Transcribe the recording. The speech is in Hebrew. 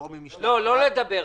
או ממשלח יד", בסופה נאמר: